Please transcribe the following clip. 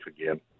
again